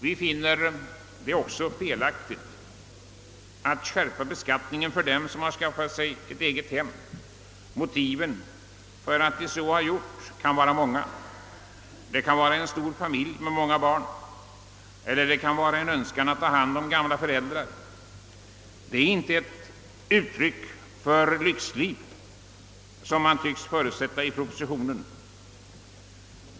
Vi finner det också felaktigt att skärpa beskattningen för dem som har skaffat sig ett eget hem. Motiven för att de så har gjort kan vara många. Det kan vara att man har stor familj med många barn eller det kan vara en önskan att ta hand om gamla föräldrar. Det är inte ett uttryck för lyxliv, som man tycks förutsätta i propositionen.